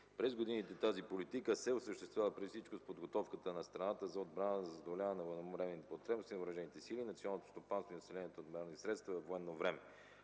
През годините тази политика се осъществява преди всичко с подготовката на страната за отбрана, за задоволяване на военновременните потребности на въоръжените сили, на националното стопанство и населението с военни средства във военно време.